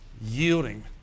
yielding